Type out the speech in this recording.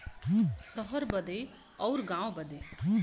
सहर बदे अउर गाँव बदे